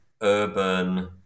urban